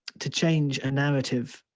to change a narrative,